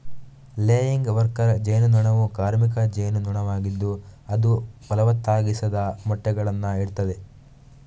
laying worker ಜೇನು ನೊಣವು ಕಾರ್ಮಿಕ ಜೇನು ನೊಣವಾಗಿದ್ದು ಅದು ಫಲವತ್ತಾಗಿಸದ ಮೊಟ್ಟೆಗಳನ್ನ ಇಡ್ತದೆ